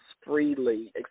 freely